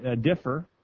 differ